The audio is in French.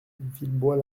villebois